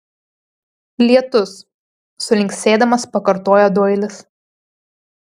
lietus sulinksėdamas pakartojo doilis